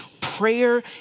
prayer